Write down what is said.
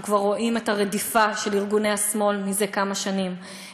אנחנו כבר רואים את הרדיפה של ארגוני השמאל זה כמה שנים,